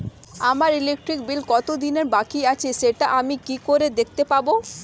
আমার electric bill কত দিনের বাকি আছে সেটা আমি কি করে দেখতে পাবো?